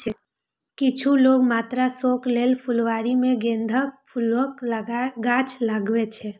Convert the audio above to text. किछु लोक मात्र शौक लेल फुलबाड़ी मे गेंदाक फूलक गाछ लगबै छै